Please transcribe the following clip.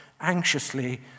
anxiously